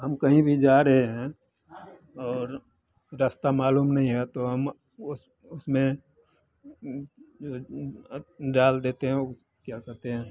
हम कहीं भी जा रहे हैं और रस्ता मालूम नहीं है तो हम उस उसमें जो है आप डाल देते हैं ऊ क्या कहते हैं